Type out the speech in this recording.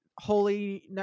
holy